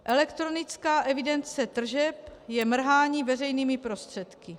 Elektronická evidence tržeb je mrhání veřejnými prostředky.